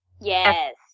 Yes